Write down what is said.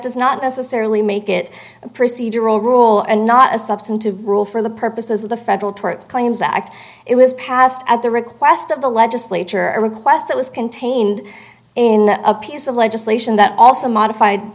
does not necessarily make it procedural rule and not a substantive rule for the purposes of the federal tort claims act it was passed at the request of the legislature or a request that was contained in a piece of legislation that also modified